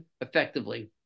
effectively